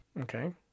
Okay